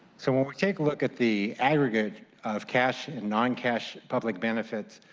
so um we take look at the aggregate of cash and non-cash public benefits,